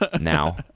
now